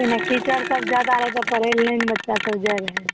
पहिले कीचड़सब जादा रहै तऽ पढ़ै ले नहि ने बच्चासभ जाए रहै